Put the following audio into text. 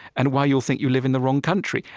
and why you'll think you live in the wrong country,